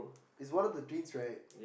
it's one of the twins right